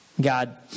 God